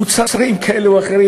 לוקחים מוצרים כאלה או אחרים.